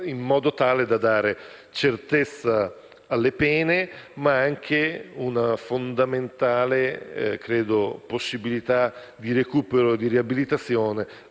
in modo tale da dare certezza alle pene, ma anche una reale possibilità di recupero e di riabilitazione